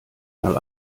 mal